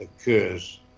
occurs